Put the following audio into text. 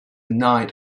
night